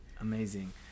Amazing